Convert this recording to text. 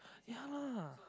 ya lah